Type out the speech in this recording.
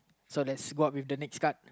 so that's go up with the next card